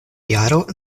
jaro